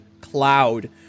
cloud